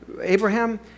abraham